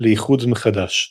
לאיחוד מחדש.